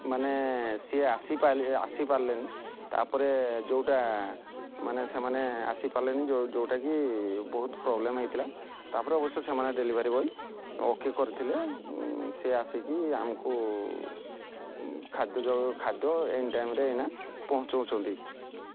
ମାନେ ସିଏ ଆସି ଆସିପାରିଲେନି ତା'ପରେ ଯେଉଁଟା ମାନେ ସେମାନେ ଆସିପାରିଲେନି ଯେଉଁ ଯେଉଁଟାକି ବହୁତ ପ୍ରୋବ୍ଲେମ୍ ହେଇଥିଲା ତା'ପରେ ଅବଶ୍ୟ ସେମାନେ ଡେଲିଭରି ବଏ୍ ଓକେ କରିଥିଲେ ସେ ଆସିକି ଆମକୁ ଖାଦ୍ୟ ଖାଦ୍ୟ ଏନି ଟାଇମ୍ରେ ଏଇନା ପହଞ୍ଚଉଛନ୍ତି